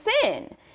sin